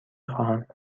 خواهم